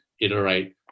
iterate